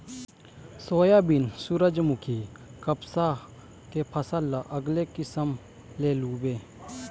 soybean, सूरजमूखी, कपसा के फसल ल अलगे किसम ले लूबे